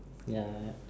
ya